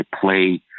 play